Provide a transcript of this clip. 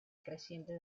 creciente